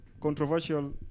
Controversial